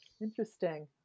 Interesting